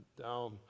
down